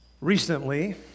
Recently